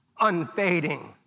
unfading